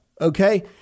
okay